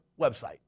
website